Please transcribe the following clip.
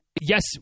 yes